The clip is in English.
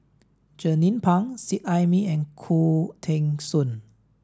Jernnine Pang Seet Ai Mee and Khoo Teng Soon